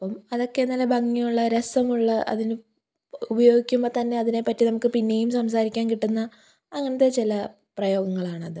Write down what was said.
അപ്പം അതൊക്കെ നല്ല ഭംഗിയുള്ള രസമുള്ള അതിന് ഉപയോഗിക്കുമ്പോൾ തന്നെ അതിനെപ്പറ്റി നമുക്ക് പിന്നേയും സംസാരിക്കാൻ കിട്ടുന്ന അങ്ങനത്തെ ചില പ്രയോഗങ്ങളാണത്